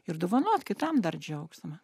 ir dovanot kitam dar džiaugsmą